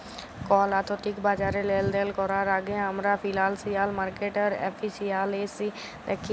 call আথ্থিক বাজারে লেলদেল ক্যরার আগে আমরা ফিল্যালসিয়াল মার্কেটের এফিসিয়াল্সি দ্যাখি